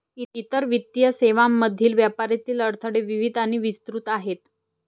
इतर वित्तीय सेवांमधील व्यापारातील अडथळे विविध आणि विस्तृत आहेत